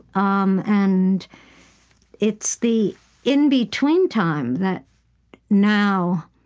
um and it's the in-between time that now,